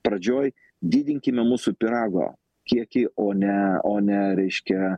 pradžioj didinkime mūsų pyrago kiekį o ne o ne reiškia